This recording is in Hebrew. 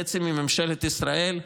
חצי מממשלת ישראל,